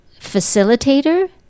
facilitator